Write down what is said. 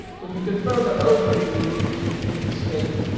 we can confirm that, though, because what we can do is we can hit escape,